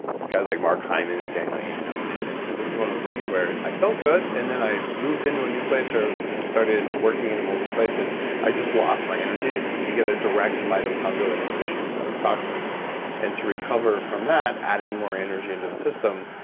guys like mark hyman, and daniel amen are in it and this is one of things where i felt good and then i moved into a new place or started working in a moldy place and i just lost my energy. you get a direct mitochondrial inhibition from these toxins and to recover from that adding more energy into the system,